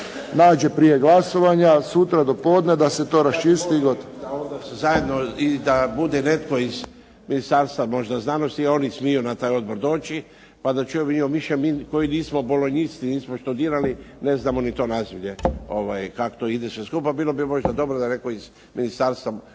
nađe prije glasovanja sutra do podne, da se to raščisti.